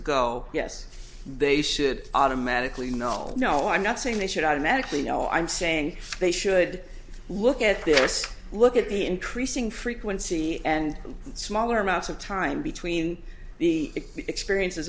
ago yes they should automatically you know no i'm not saying they should automatically no i'm saying they should look at this look at the increasing frequency and smaller amounts of time between the experiences